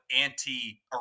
anti